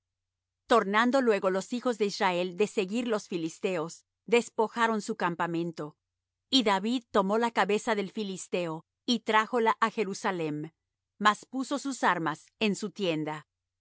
tornando luego los hijos de israel de seguir los filisteos despojaron su campamento y david tomó la cabeza del filisteo y trájola á jerusalem mas puso sus armas en su tienda